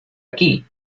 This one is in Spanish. aquí